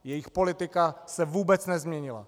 Jejich politika se vůbec nezměnila.